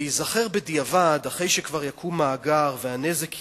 להיזכר בדיעבד, אחרי שכבר יקום מאגר, והנזק יקרה,